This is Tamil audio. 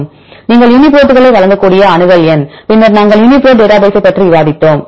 மாணவர் நீங்கள் யூனிப்ரோட்டுகளை வழங்கக்கூடிய அணுகல் எண் பின்னர் நாங்கள் யூனிபிரோட் டேட்டா பேசைப் பற்றி விவாதித்தோம்